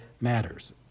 matters